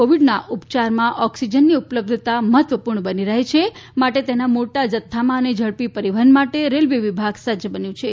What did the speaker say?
કોવિડના ઉપચારમાં ઓક્સિજનની ઉપલબ્ધતા મહત્વપૂર્ણ બની રહે છે માટે તેના મોટા જથ્થામાં અને ઝડપી પરીવહન માટે રેલ્વે વિભાગ સજ્જ બન્યું છે